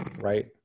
right